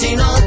no